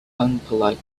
unpolite